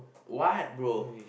what bro